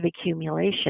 accumulation